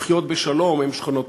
לחיות בשלום עם שכנותיהן.